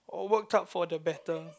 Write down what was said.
or worked out for the better